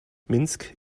minsk